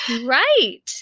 Right